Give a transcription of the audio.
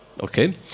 okay